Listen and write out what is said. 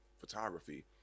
photography